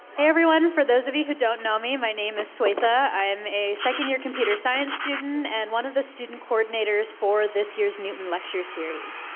everyone, for those of you who don't know me, my name is swetha, i am a second year computer science student and one of the student coordinators for this year's newton lecture series.